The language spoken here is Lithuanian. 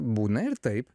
būna ir taip